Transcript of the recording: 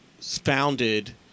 founded